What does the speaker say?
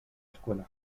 escuela